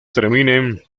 terminen